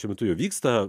šiuo metu jau vyksta